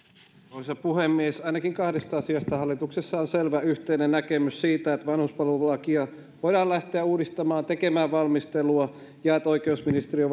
arvoisa puhemies ainakin kahdesta asiasta hallituksessa on selvä yhteinen näkemys siitä että vanhuspalvelulakia voidaan lähteä uudistamaan tekemään valmistelua ja että oikeusministeriö